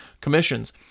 commissions